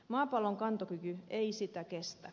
maapallon kantokyky ei sitä kestä